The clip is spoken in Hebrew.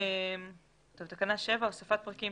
הוספת פרקים